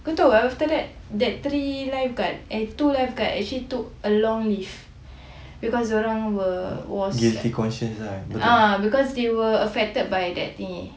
kau tahu eh after that that three lifeguard eh two lifeguard took a long leave because they were was ah because they were affected by that thingy